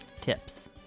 tips